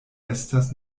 estas